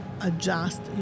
adjust